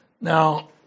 Now